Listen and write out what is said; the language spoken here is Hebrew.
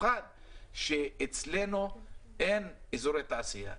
במיוחד שאצלנו אין אזורי תעשייה,